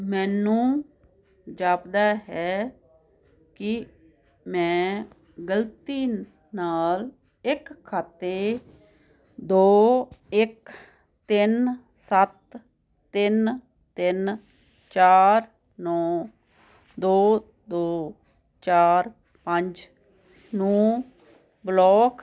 ਮੈਨੂੰ ਜਾਪਦਾ ਹੈ ਕਿ ਮੈਂ ਗਲਤੀ ਨਾਲ ਇੱਕ ਖਾਤੇ ਦੋ ਇੱਕ ਤਿੰਨ ਸੱਤ ਤਿੰਨ ਤਿੰਨ ਚਾਰ ਨੌ ਦੋ ਦੋ ਚਾਰ ਪੰਜ ਨੂੰ ਬਲੌਕ